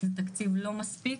זה תקציב לא מספיק.